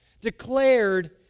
declared